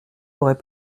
aurait